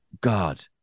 God